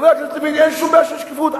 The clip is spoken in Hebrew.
חבר הכנסת לוין, אין שום בעיה של שקיפות.